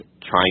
trying